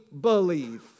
believe